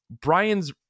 brian's